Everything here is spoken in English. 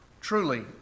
Truly